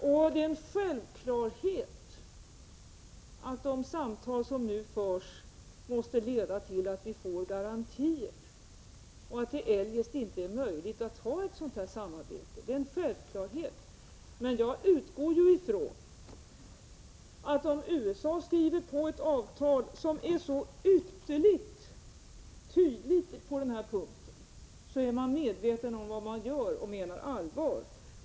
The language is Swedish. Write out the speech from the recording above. Det är en självklarhet att de samtal som nu förs måste leda till att vi får garantier. Eljest är det inte möjligt att ha ett sådant här samarbete. Det är en självklarhet. Men jag utgår från att om USA skriver på ett avtal som är så ytterligt tydligt på den här punkten är man medveten om vad man gör och menar allvar.